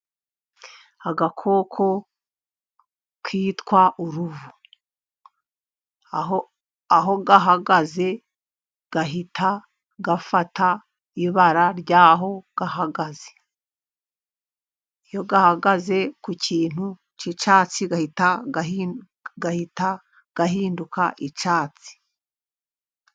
Agakoko kitwa uruvu aho gahagaze gahita gafata ibara ryaho gahagaze. Iyo gahagaze ku kintu cy'icyatsi gahita gahinduka icyatsi.